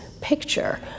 picture